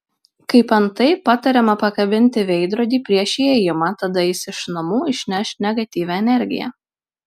kaip antai patariama pakabinti veidrodį prieš įėjimą tada jis iš namų išneš negatyvią energiją